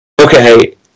Okay